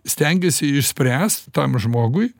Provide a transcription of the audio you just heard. stengiasi išspręst tam žmogui